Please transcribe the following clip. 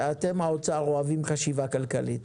אתם, האוצר, אוהבים חשיבה כלכלית.